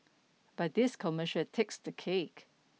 but this commercial takes the cake